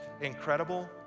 incredible